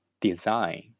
design